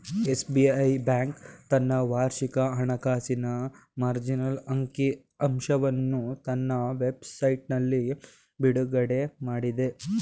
SBI bank ತನ್ನ ವಾರ್ಷಿಕ ಹಣಕಾಸಿನ ಮಾರ್ಜಿನಲ್ ಅಂಕಿ ಅಂಶವನ್ನು ತನ್ನ ವೆಬ್ ಸೈಟ್ನಲ್ಲಿ ಬಿಡುಗಡೆಮಾಡಿದೆ